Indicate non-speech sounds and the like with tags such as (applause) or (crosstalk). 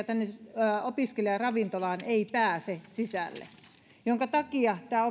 (unintelligible) tänne opiskelijaravintolaan ei pääse sisälle minkä takia tämä (unintelligible)